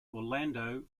orlando